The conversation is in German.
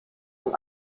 von